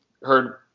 heard